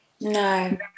No